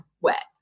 wet